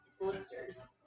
Blisters